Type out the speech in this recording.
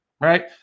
right